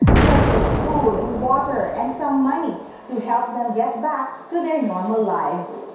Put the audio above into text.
such as food, water, and some money to help them get back to their normal lives.